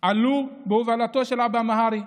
שעלו בהובלתו של אבא מהרי.